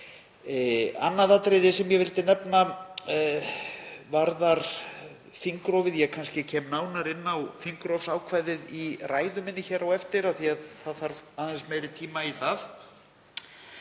Annað atriði sem ég vildi nefna varðar þingrofið. Ég kem kannski nánar inn á þingrofsákvæðið í ræðu minni á eftir af því að það þarf aðeins meiri tíma í það.